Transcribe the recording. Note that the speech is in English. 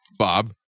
Bob